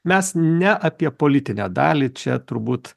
mes ne apie politinę dalį čia turbūt